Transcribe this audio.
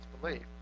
belief